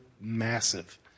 massive